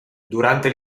durante